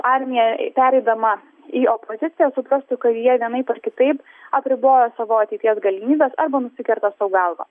armija pereidama į opoziciją suprastų kad jie vienaip ar kitaip apriboja savo ateities galimybes arba nusikerta sau galvą